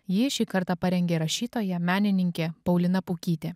jį šį kartą parengė rašytoja menininkė paulina pukytė